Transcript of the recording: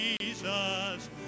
Jesus